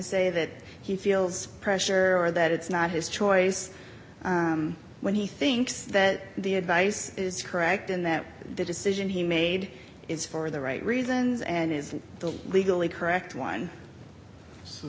say that he feels pressure or that it's not his choice when he thinks that the advice is correct in that the decision he made is for the right reasons and is the legally correct one